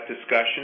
discussion